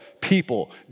people